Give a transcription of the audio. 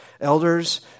elders